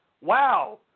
wow